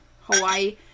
hawaii